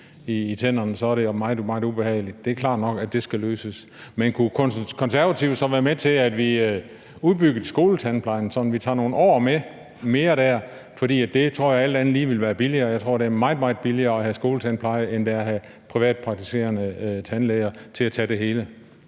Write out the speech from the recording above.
i tænderne, er meget, meget ubehageligt. Det er klart nok, at det skal løses. Men kunne Konservative så være med til, at vi udbyggede skoletandplejen, sådan at vi tager nogle år med mere der, for det tror jeg alt andet lige ville være billigere? Jeg tror, det er meget, meget billigere at have skoletandpleje, end det er at have privatpraktiserende tandlæger til at tage det hele.